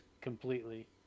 completely